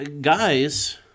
guys